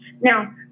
Now